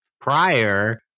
prior